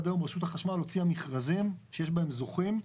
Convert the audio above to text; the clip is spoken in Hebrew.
עד היום רשות החשמל הוציאה מכרזים שיש בהם זוכים,